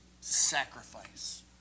sacrifice